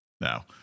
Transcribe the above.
No